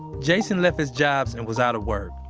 jason left his jobs and was out of work.